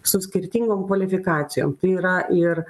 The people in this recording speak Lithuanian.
su skirtingom kvalifikacijom tai yra ir